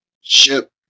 ship